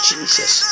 Jesus